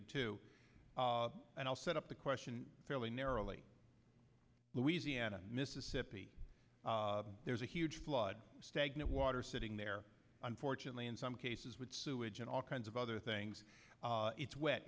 the two and i'll set up the question fairly narrowly louisiana mississippi there's a huge flood stagnant water sitting there unfortunately in some cases with sewage and all kinds of other things it's wet